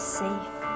safe